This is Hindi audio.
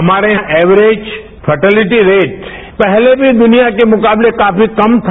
हमारे एवरेज फैटेलिटी रेट पहले भी दुनिया के मुकाबले कम था